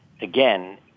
again